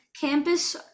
campus